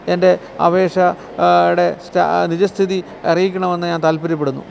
എൻ്റെ അപേക്ഷ ടെ നിജസ്ഥിതി അറിയിക്കണമെന്നു ഞാൻ താൽപ്പര്യപ്പെടുന്നു